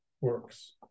works